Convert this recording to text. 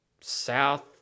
South